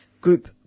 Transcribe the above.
group